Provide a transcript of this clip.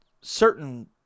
certain